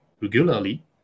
regularly